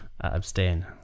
abstain